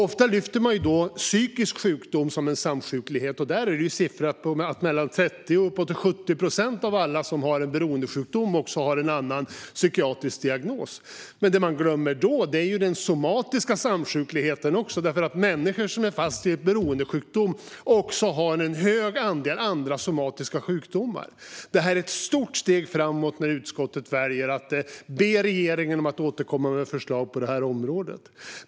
Ofta lyfter man fram psykisk sjukdom som en samsjuklighet. Där finns det siffror på att mellan 30 och uppåt 70 procent av alla som har en beroendesjukdom också har en annan psykiatrisk diagnos. Men det som man då glömmer är den somatiska samsjukligheten. Människor som är fast i en beroendesjukdom har nämligen även en stor andel andra somatiska sjukdomar. Det är därför ett stort steg framåt när utskottet väljer att be regeringen att återkomma med förslag på detta område.